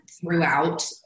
throughout